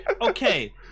Okay